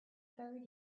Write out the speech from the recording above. third